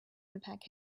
impact